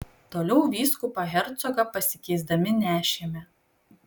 toliau vyskupą hercogą pasikeisdami nešėme